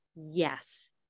yes